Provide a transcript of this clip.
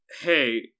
Hey